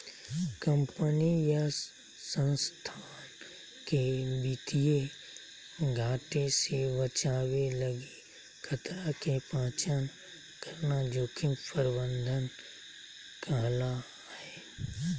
company या संस्थान के वित्तीय घाटे से बचावे लगी खतरा के पहचान करना जोखिम प्रबंधन कहला हय